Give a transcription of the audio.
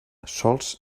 sols